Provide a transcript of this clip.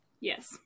Yes